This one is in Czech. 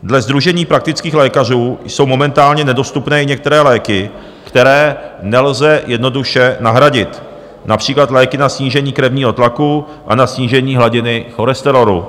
Dle Sdružení praktických lékařů jsou momentálně nedostupné i některé léky, které nelze jednoduše nahradit, například léky na snížení krevního tlaku a na snížení hladiny cholesterolu.